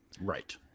Right